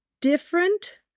different